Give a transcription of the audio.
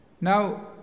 Now